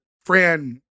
Fran